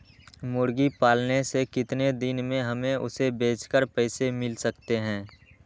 मुर्गी पालने से कितने दिन में हमें उसे बेचकर पैसे मिल सकते हैं?